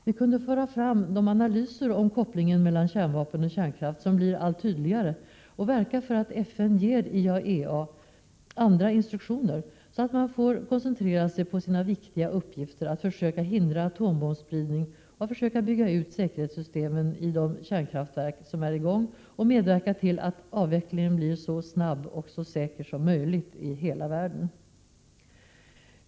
Vi kunde föra fram de analyser om kopplingen mellan kärnvapen och kärnkraft som blir allt tydligare och verka för att FN ger IAEA andra instruktioner, så att man får koncentrera sig på sina viktiga uppgifter — att försöka hindra atombombsspridning och att försöka bygga ut säkerhetssystemen i de kärnkraftverk som är i gång och medverka till att avvecklingen blir så snabb och så säker som möjligt i hela världen.